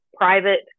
private